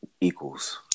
equals